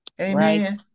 Amen